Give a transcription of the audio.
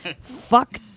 fuck